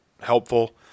helpful